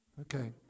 okay